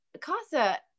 Casa